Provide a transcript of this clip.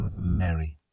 Mary